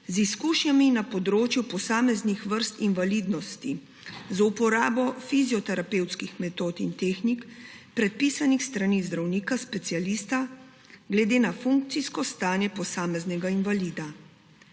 z izkušnjami na področju posameznih vrst invalidnosti, z uporabo fizioterapevtskih metod in tehnik, predpisanih s strani zdravnika specialista, glede na funkcijsko stanje posameznega invalida.